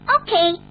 Okay